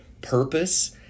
Purpose